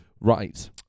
right